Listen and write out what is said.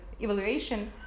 evaluation